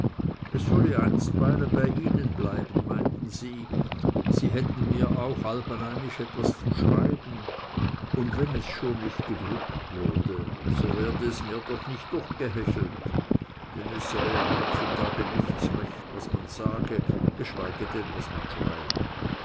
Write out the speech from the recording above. ich solle einstweilen bei ihnen bleiben meinten sie sie hätten mir auch allbeinisch etwas zu schreiben und wenn es schon nicht gedruckt würde so werde es mir doch nicht durchgehechelt denn es sei ja heutzutage nichts recht was man sage geschweige denn was man schreibe